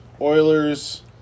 Oilers